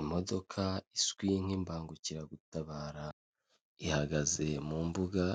Imodoka izwi nk'ibangukiragutabara ihagaze mu mbuga,